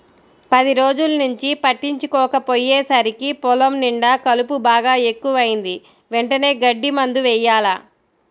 పది రోజుల్నుంచి పట్టించుకోకపొయ్యేసరికి పొలం నిండా కలుపు బాగా ఎక్కువైంది, వెంటనే గడ్డి మందు యెయ్యాల